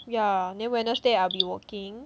yeah then wednesday I'll be working